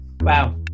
Wow